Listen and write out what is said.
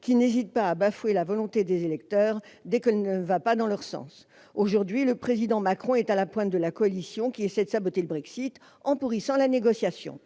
qui n'hésitent pas à bafouer la volonté des électeurs dès qu'elle ne va pas dans leur sens. Aujourd'hui, le Président Macron est à la pointe de la coalition qui essaye de saboter le Brexit en pourrissant la négociation.